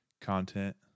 content